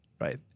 right